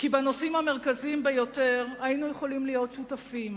כי בנושאים המרכזיים ביותר היינו יכולים להיות שותפים